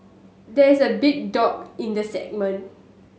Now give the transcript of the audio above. there is a big dog in the segment